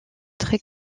très